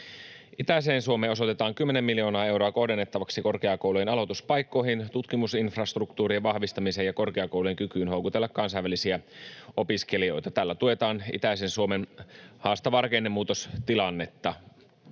Itäiseen Suomeen osoitetaan 10 miljoonaa euroa kohdennettavaksi korkeakoulujen aloituspaikkoihin, tutkimusinfrastruktuurien vahvistamiseen ja korkeakoulujen kykyyn houkutella kansainvälisiä opiskelijoita. Tällä tuetaan itäisen Suomen haastavaa rakennemuutostilannetta.